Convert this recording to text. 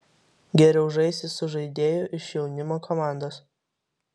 geriau žaisti su žaidėju iš jaunimo komandos